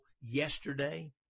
yesterday